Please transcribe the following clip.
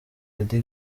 lady